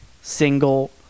single